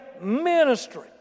ministry